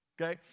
Okay